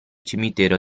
cimitero